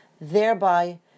thereby